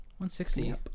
160